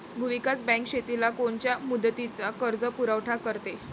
भूविकास बँक शेतीला कोनच्या मुदतीचा कर्जपुरवठा करते?